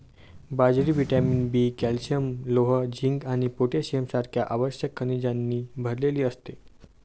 बाजरी vitamin B, calcium, लोह, zinc आणि पोटॅशियम सारख्या आवश्यक खनिजांनी भरलेली असते